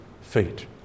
feet